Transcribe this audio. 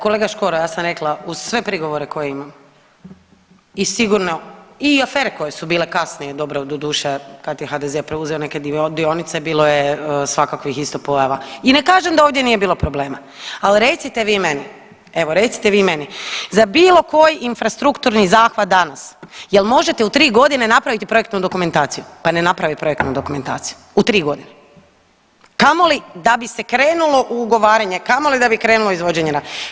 Kolega Škoro ja sam rekla uz prigovore koje imam i sigurno i afere koje su bile kasnije dobro, doduše kad je HDZ preuzeo neke dionice bilo je svakakvih isto pojava i ne kažem da ovdje nije bilo problema, ali recite vi meni, evo recite vi meni za bilo koji infrastrukturni zahvat danas jel možete u 3 godine napraviti projektnu dokumentaciju, pa ne naprave projektnu dokumentaciju u 3 godine, kamoli da bi se krenulo u ugovaranje, kamoli da bi krenulo izvođenje radova.